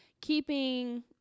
keeping